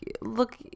look